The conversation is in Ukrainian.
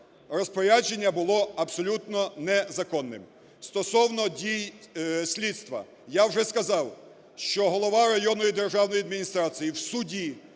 Розпорядження було абсолютно незаконним. Стосовно дій слідства. Я вже сказав, що голова районної державної адміністрації в суді